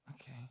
Okay